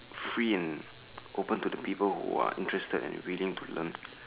free and open to the people who are interested in reading to learn